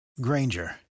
Granger